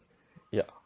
yeah